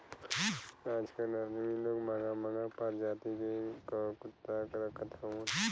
आजकल अदमी लोग महंगा महंगा परजाति क कुत्ता रखत हउवन